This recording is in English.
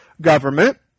government